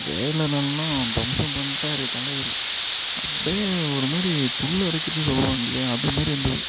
ஜெயிலரெல்லாம் தும்சம் பண்டார் தலைவர் அப்படியே ஒருமாதிரி புல் அரிக்குது சொல்லுவாங்க இல்லையா அதுமாரி இருந்தது